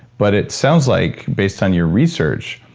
but it sounds like based on your research,